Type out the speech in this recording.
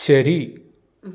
ശരി